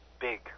big